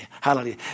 Hallelujah